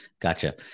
Gotcha